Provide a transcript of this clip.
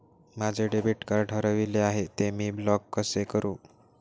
माझे debit card हरविले आहे, ते मी ब्लॉक कसे करु?